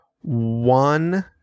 one